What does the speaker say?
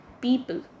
people